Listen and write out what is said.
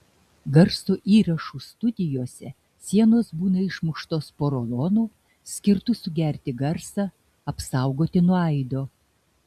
garso įrašų studijose sienos būna išmuštos porolonu skirtu sugerti garsą apsaugoti nuo aido